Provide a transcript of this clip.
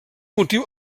motiu